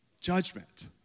judgment